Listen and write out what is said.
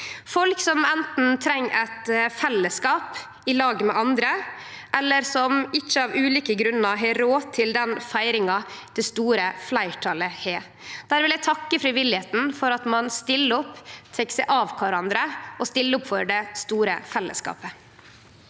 folk som anten treng eit fellesskap i lag med andre, eller som av ulike grunnar ikkje har råd til den feiringa det store fleirtalet har. Då vil eg takke frivilligheita for at ein stiller opp, tek seg av kvarandre og stiller opp for det store fellesskapet.